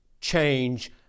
change